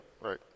right